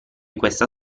questa